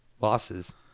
losses